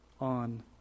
on